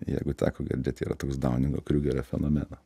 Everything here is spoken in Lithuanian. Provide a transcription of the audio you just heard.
jeigu teko girdėti yra toks daningo kriugerio fenomeno